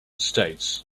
states